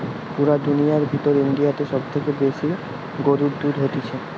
পুরা দুনিয়ার ভিতর ইন্ডিয়াতে সব থেকে গরুর দুধ হতিছে